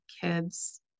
kids